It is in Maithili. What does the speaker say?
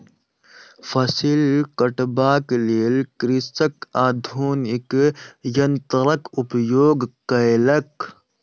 फसिल कटबाक लेल कृषक आधुनिक यन्त्रक उपयोग केलक